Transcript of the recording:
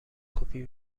کپی